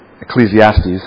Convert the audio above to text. Ecclesiastes